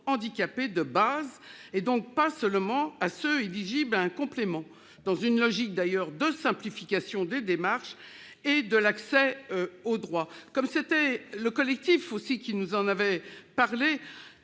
handicapé de base, et donc pas seulement à ceux qui sont éligibles à un complément, dans une logique d'ailleurs de simplification des démarches et de l'accès au droit. Comme c'est le Collectif Handicaps qui nous en avait parlé,